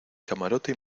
camarote